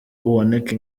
uboneka